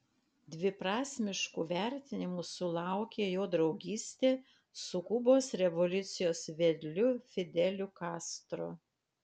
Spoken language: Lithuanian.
dviprasmiškų vertinimų sulaukė jo draugystė su kubos revoliucijos vedliu fideliu castro